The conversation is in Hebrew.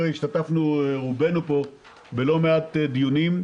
ורובנו פה השתתפנו בלא מעט דיונים,